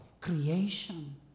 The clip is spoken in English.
Creation